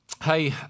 Hey